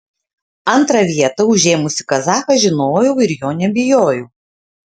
antrą vietą užėmusį kazachą žinojau ir jo nebijojau